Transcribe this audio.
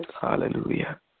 Hallelujah